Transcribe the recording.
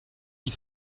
die